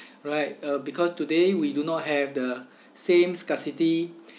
right uh because today we do not have the same scarcity